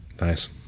Nice